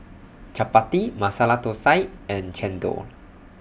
Chappati Masala Thosai and Chendol